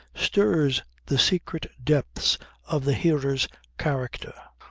stirs the secret depths of the hearer's character.